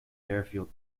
fairfield